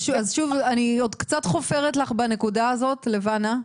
אז שוב, אני קצת חופרת לך בנקודה הזו, לבנה,